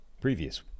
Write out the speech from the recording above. previous